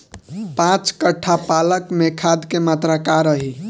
पाँच कट्ठा पालक में खाद के मात्रा का रही?